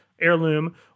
heirloom